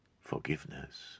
forgiveness